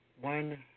one